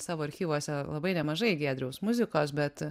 savo archyvuose labai nemažai giedriaus muzikos bet